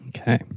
Okay